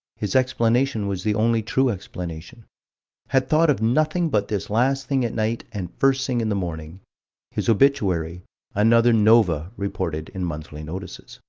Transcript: his explanation was the only true explanation had thought of nothing but this last thing at night and first thing in the morning his obituary another nova reported in monthly notices.